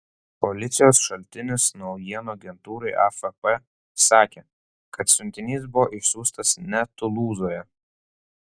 policijos šaltinis naujienų agentūrai afp sakė kad siuntinys buvo išsiųstas ne tulūzoje